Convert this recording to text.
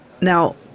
Now